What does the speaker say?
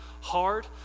hard